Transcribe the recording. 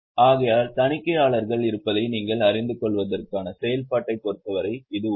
ஆகையால் தணிக்கையாளர்கள் இருப்பதை நீங்கள் அறிந்துகொள்வதற்கான செயல்பாட்டைப் பொறுத்தவரை இது உள்ளது